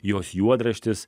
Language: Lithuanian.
jos juodraštis